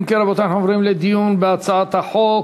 אם כן, רבותי, אנחנו עוברים לדיון בהצעת החוק.